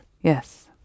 Yes